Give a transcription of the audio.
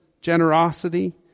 generosity